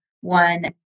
one